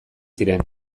ziren